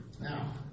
Now